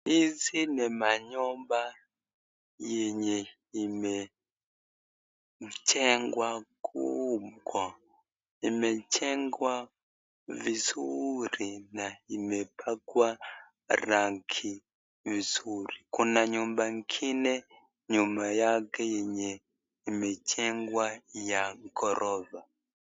Hizi ni manyumba yenye imejengwa kubwa, imejengwa vizuri na imepakwa rangi vizuri. Kuna nyumba ingine nyuma yake yenye imejengwa ya ghorofa.